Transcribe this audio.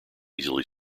easily